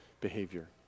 behavior